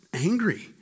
angry